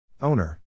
Owner